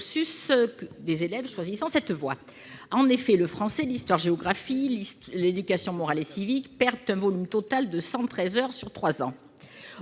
des élèves choisissant cette voie. En effet, le français, l'histoire-géographie et l'éducation morale et civique perdent un volume total de 113 heures sur trois